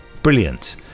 brilliant